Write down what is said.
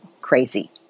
crazy